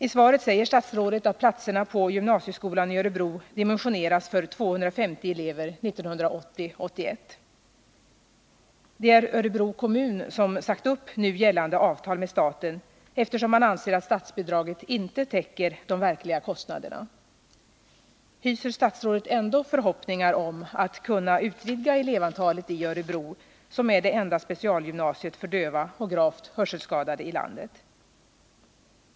I svaret säger statsrådet att platserna vid gymnasieskolan i Örebro bör dimensioneras för 250 elever 1980/81. Det är Örebro kommun som sagt upp nu gällande avtal med staten, eftersom kommunen anser att statsbidraget inte täcker de verkliga kostnaderna. Hyser statsrådet ändå förhoppningar om att kunna utvidga elevantalet vid gymnasiet i Örebro, som är det enda specialgymnasiet för döva och gravt hörselskadade i landet?